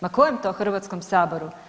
Ma kojem to Hrvatskom saboru?